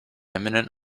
imminent